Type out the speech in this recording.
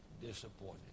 disappointed